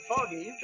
Foggy